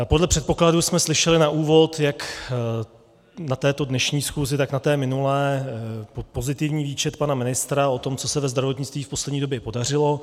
Podle předpokladu jsme slyšeli na úvod, jak na této dnešní schůzi, tak na té minulé pozitivní výčet pana ministra o tom, co se ve zdravotnictví v poslední době podařilo.